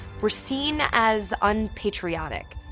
were seen as unpatriotic.